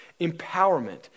empowerment